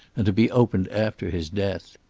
and to be opened after his death.